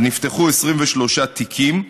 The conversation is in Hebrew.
אז נפתחו 23 תיקים.